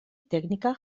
teknika